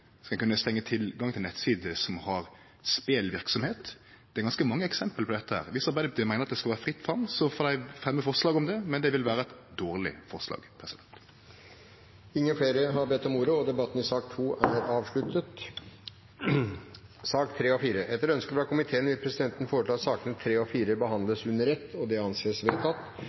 Skal ein kunne stengje tilgangen til nettsider som har spelverksemd? Det er ganske mange eksempel på det. Viss Arbeidarpartiet meiner at det skal vere fritt fram, får dei fremje forslag om det, men det vil vere eit dårleg forslag. Flere har ikke bedt om ordet til sak nr. 2. Etter ønske fra justiskomiteen vil presidenten foreslå at sakene nr. 3 og 4 behandles under ett. – Det anses vedtatt.